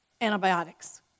Antibiotics